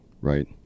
right